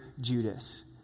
Judas